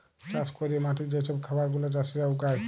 চাষ ক্যইরে মাঠে যে ছব খাবার গুলা চাষীরা উগায়